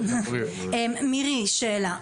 שאלה,